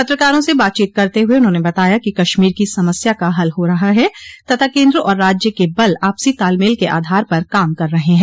पत्रकारों से बातचीत करते हुए उन्होंने बताया कि कश्मीर की समस्या का हल हो रहा है तथा केन्द्र और राज्य के बल आपसी तालमेल के आधार पर काम कर रहे हैं